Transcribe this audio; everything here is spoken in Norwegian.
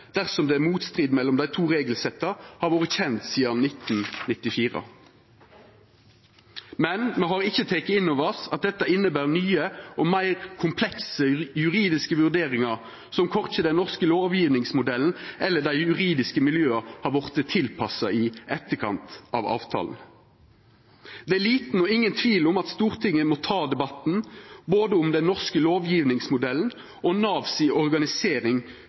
dersom det er motstrid mellom dei to regelsetta, har vore kjent sidan 1994. Men me har ikkje teke inn over oss at dette inneber nye og meir komplekse juridiske vurderingar som korkje den norske lovgjevingsmodellen eller dei juridiske miljøa har vorte tilpassa i etterkant av avtalen. Det er liten eller ingen tvil om at Stortinget må ta debatten både om den norske lovgjevingsmodellen og